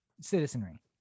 citizenry